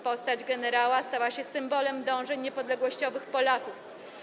Postać generała stała się symbolem dążeń niepodległościowych Polaków.